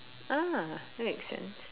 ah that makes sense